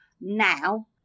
now